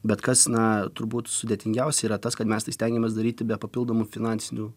bet kas na turbūt sudėtingiausia yra tas kad mes stengiamės daryti be papildomų finansinių